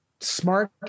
Smart